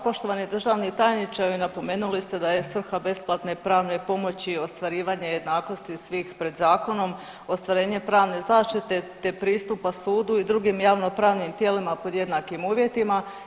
Poštovani državni tajniče, evo i napomenuli ste da je svrha besplatne pravne pomoći ostvarivanje jednakosti svih pred zakonom, ostvarenje pravne zaštite, te pristupa sudu i drugim javnopravnim tijelima pod jednakim uvjetima.